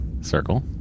circle